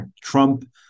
Trump